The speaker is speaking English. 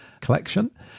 collection